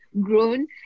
grown